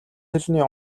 хэлний